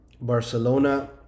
Barcelona